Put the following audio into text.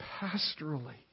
pastorally